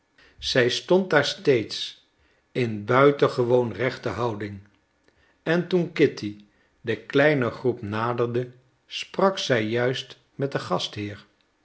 zij stond daar steeds in buitengewoon rechte houding en toen kitty de kleine groep naderde sprak zij juist met den gastheer